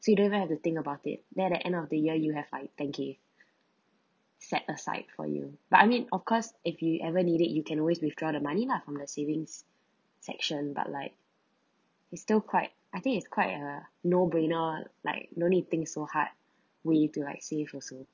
so you don't even have to think about it then at the end of the year you have like thank you set aside for you but I mean of course if you ever need it you can always withdraw the money lah from the savings section but like it still quite I think it's quite uh no brainer like no need to think so hard we do like save also